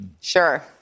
Sure